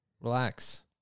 Relax